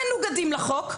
מנוגדים לחוק,